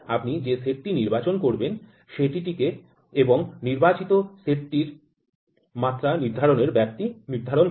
আপনি যে সেটটি নির্বাচন করবেন সেট টিকে এবং নির্বাচিত সেটটির সাথে মাত্রা নির্ধারণের ব্যাপ্তি নির্ধারণ করুন